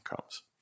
comes